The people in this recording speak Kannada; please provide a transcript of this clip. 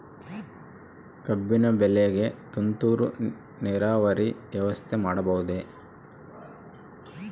ಕಬ್ಬಿನ ಬೆಳೆಗೆ ತುಂತುರು ನೇರಾವರಿ ವ್ಯವಸ್ಥೆ ಮಾಡಬಹುದೇ?